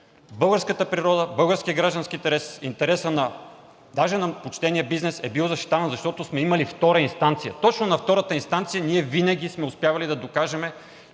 българската природа, българският граждански интерес, интересът даже на почтения бизнес е бил защитаван, защото сме имали втора инстанция. Точно на втората инстанция ние винаги сме успявали да докажем,